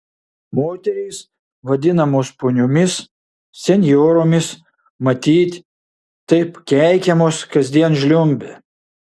moterys vadinamos poniomis senjoromis matyt taip keikiamos kasdien žliumbia